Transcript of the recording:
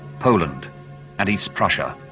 poland and east prussia.